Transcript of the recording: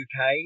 UK